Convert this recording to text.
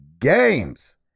games